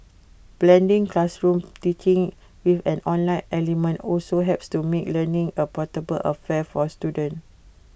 blending classroom teaching with an online element also helps to make learning A portable affair for students